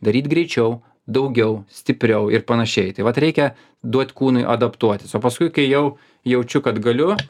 daryt greičiau daugiau stipriau ir panašiai tai vat reikia duot kūnui adaptuotis o paskui kai jau jaučiu kad galiu